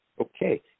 Okay